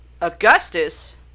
Augustus